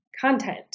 content